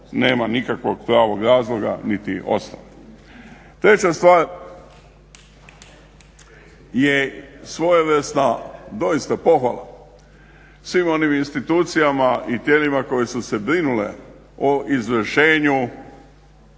nema nikakvog pravog razloga niti osnove. Treća stvar je svojevrsna doista pohvala svim onim institucijama i tijelima koje su se brinule o izvršenju